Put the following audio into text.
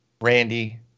Randy